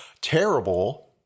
terrible